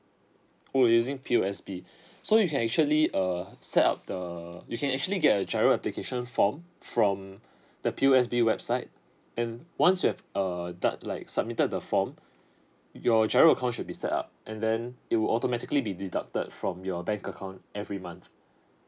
oh using P O S B so you can actually err set up the you can actually get a giro application form from the P O S B website and once you have err done like submitted the form your giro account should be set up and then it will automatically be deducted from your bank account every month